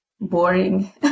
boring